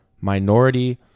minority